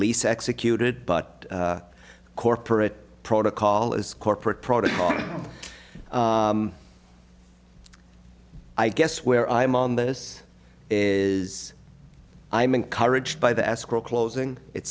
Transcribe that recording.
lease executed but a corporate protocol is corporate protocol i guess where i am on this is i'm encouraged by the escrow closing it's